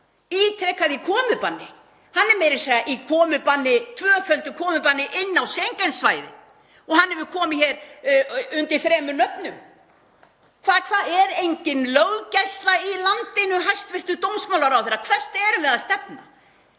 ítrekað, í komubanni. Hann er meira að segja í tvöföldu komubanni inn á Schengen-svæðið og hann hefur komið hér undir þremur nöfnum. Er engin löggæsla í landinu, hæstv. dómsmálaráðherra? Hvert erum við að stefna?